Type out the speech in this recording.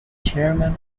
chairman